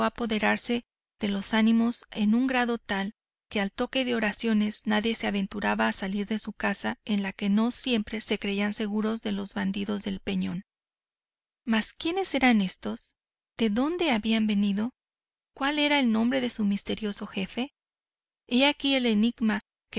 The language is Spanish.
apoderarse de los ánimos en un grado tal que al toque de oraciones nadie se aventuraba a salir de su casa en la que no siempre se creían seguros de los bandidos del peñón mas quiénes eran estos de dónde habían venido cuál era el nombre de su misterioso jefe he aquí el enigma